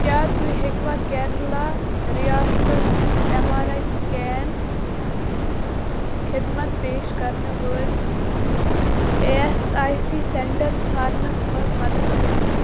کیٛاہ تُہۍ ہیٚکوا کیٚرالہ رِیاستس مَنٛز ایٚم آر آئی سِکین خٔدمت پیش کَرنہٕ وٲلۍ ایس آئی سی سینٹر ژھارنَس مَنٛز مدد کٔرِتھ